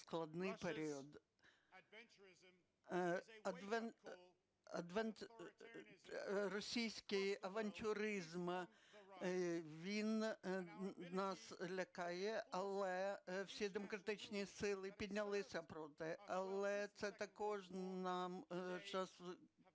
Російський авантюризм, він нас лякає, але всі демократичні сили піднялися проти.